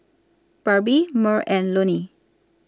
Barbie Merl and Loni